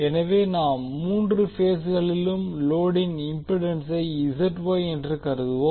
எனவே நாம் மூன்று பேஸ்களிலும் லோடின் இம்பிடன்சை என்று கூறுவோம்